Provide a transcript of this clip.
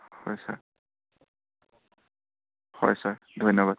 হয় ছাৰ হয় ছাৰ ধন্যবাদ